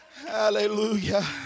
Hallelujah